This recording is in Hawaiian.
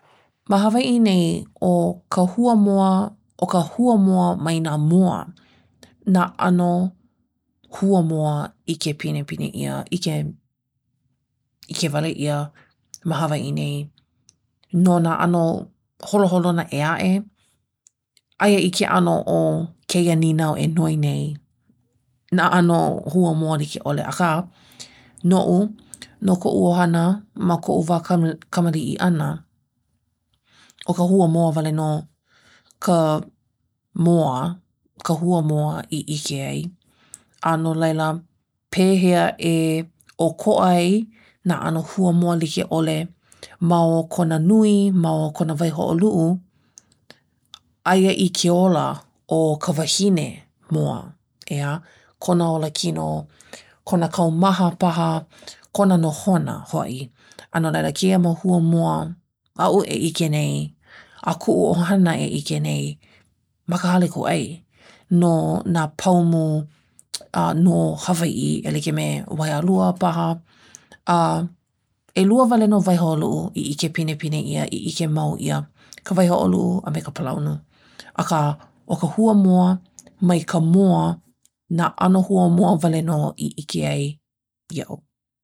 ma hawaiʻi nei, ʻo ka huamoa ʻo ka hua moa mai nā moa nā ʻano huamoa ʻike pinepine ʻia, ʻike ʻike wale ʻia ma hawaiʻi nei. no nā ʻano holoholona ʻē aʻe? aia i ke ʻano o kēia nīnau e noi nei nā ʻano hua moa like ʻole akā noʻu, no koʻu ʻohana, ma koʻu wā kama kamaliʻi ʻana, ʻo ka hua moa wale nō ka moa, ka hua moa i ʻike ai. a no laila pehea e ʻōkoʻa ai nā ʻano hua moa like ʻole ma o kona nui, ma o kona waihoʻoluʻu aia i ke ola o ka wahine moa, ʻeā? kona olakino kona kaumaha paha kono nohona hoʻi a no laila kēia mau hua moa aʻu e ʻike nei, a kuʻu ʻohana e ʻike nei ma ka hale kūʻai no nā paumu no hawaiʻi e like me waiālua paha. a, ʻelua wale nō waihoʻoluʻu i ʻike pinepine ʻia, i ʻike mau ʻia ka waihoʻoluʻu a me ka palaunu akā ʻo ka hua moa mai ka moa nā ʻano hua moa i ʻike ai iaʻu.